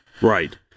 Right